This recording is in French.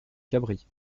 cabris